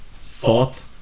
thought